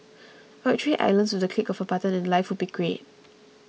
I would trade islands with the click of a button and life would be great